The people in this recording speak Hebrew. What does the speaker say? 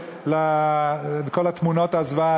וכל תמונות הזוועה,